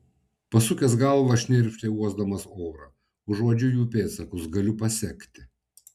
pasukęs galvą šnirpštė uosdamas orą užuodžiu jų pėdsakus galiu pasekti